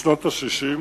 בשנות ה-60,